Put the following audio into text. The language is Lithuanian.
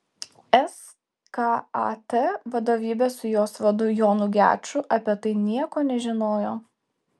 skat vadovybė su jos vadu jonu geču apie tai nieko nežinojo